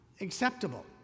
acceptable